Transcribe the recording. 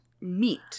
meat